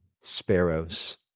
sparrows